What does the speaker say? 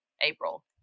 april